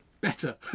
better